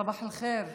סבאח אל-ח'יר.